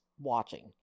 watching